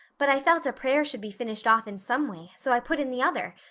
but i felt a prayer should be finished off in some way, so i put in the other.